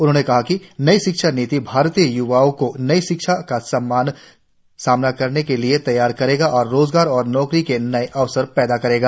उन्होंने कहा है कि नई शिक्षा नीति भारतीय य्वाओं को नई च्नौतियों का सामना करने के लिए तैयार करेगी और रोजगार और नौकरियों के नए अवसर भी पैदा करेगी